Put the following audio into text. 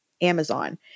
Amazon